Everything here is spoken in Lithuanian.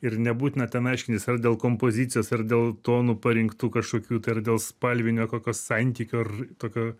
ir nebūtina ten aiškintis ar dėl kompozicijos ar dėl tonų parinktų kažkokių tai ar dėl spalvinio kokio santykio ar tokio